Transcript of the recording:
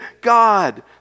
God